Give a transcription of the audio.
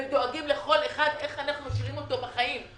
ודואגים לכל אחד איך אנחנו משאירים אותו בחיים.